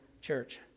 church